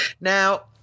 Now